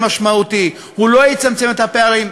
שמולי, מוותר, חבר הכנסת עמר בר-לב.